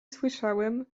słyszałem